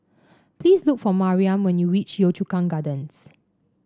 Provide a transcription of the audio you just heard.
please look for Mariam when you reach Yio Chu Kang Gardens